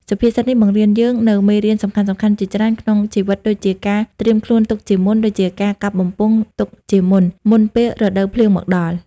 សុភាសិតនេះបង្រៀនយើងនូវមេរៀនសំខាន់ៗជាច្រើនក្នុងជីវិតដូចជាការត្រៀមខ្លួនទុកជាមុន ដូចជាការកាប់បំពង់ទុកជាមុន មុនពេលរដូវភ្លៀងមកដល់។